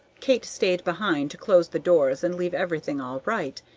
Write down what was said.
kate stayed behind to close the doors and leave everything all right,